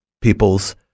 people's